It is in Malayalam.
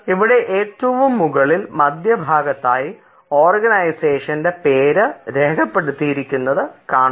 ഇവിടെ ഏറ്റവും മുകളിൽ മധ്യഭാഗത്തായി ഓർഗനൈസേഷൻ പേര് രേഖപ്പെടുത്തിയിരിക്കുന്നു കാണാം